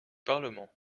parlement